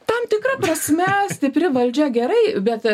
tam tikra prasme stipri valdžia gerai bet